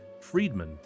Friedman